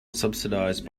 subsidized